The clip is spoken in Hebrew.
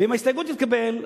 ואם ההסתייגות תתקבל,